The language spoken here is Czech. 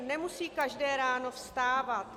Nemusí každé ráno vstávat.